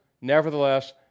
nevertheless